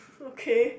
okay